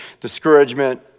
discouragement